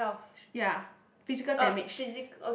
ya physical damage